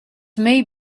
may